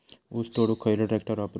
ऊस तोडुक खयलो ट्रॅक्टर वापरू?